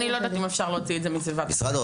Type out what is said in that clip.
אני לא יודעת אם אפשר להוציא את זה מסביבת החיים,